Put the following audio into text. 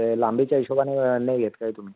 ते लांबीच्या हिशोबाने नाही घेत काय तुम्ही